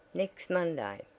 next monday.